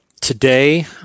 Today